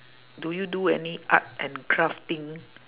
do you do any art and craft thing